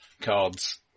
cards